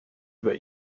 über